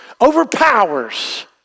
overpowers